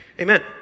Amen